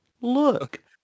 Look